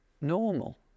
normal